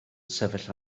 sefyll